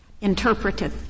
interpreted